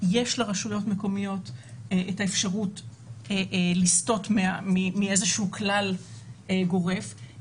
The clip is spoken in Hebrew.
יש לרשויות מקומיות אפשרות לסטות מאיזשהו כלל גורף.